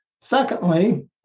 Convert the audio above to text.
Secondly